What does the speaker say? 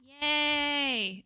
Yay